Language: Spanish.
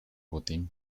botín